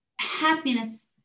happiness